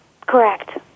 Correct